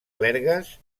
clergues